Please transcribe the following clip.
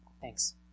Thanks